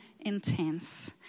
intense